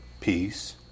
peace